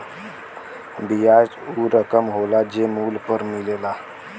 बियाज ऊ रकम होला जे मूल पे मिलेला